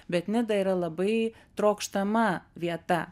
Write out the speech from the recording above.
bet nida yra labai trokštama vieta